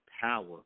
power